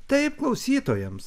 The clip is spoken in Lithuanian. taip klausytojams